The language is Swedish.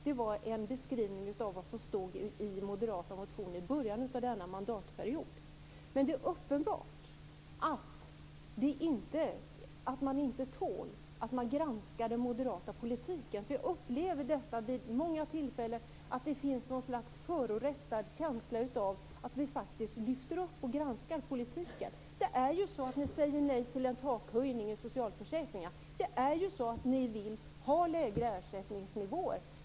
Det var en beskrivning av vad som stod i moderata motioner i början av denna mandatperiod. Det är uppenbart att ni inte tål att man granskar den moderata politiken. Jag har vid många tillfällen upplevt att moderaterna har känt sig förorättade när vi har lyft fram och granskat politiken. Det är ju så att ni säger nej till en takhöjning i socialförsäkringen. Det är ju så att ni vill ha lägre ersättningsnivåer.